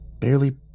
barely